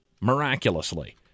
miraculously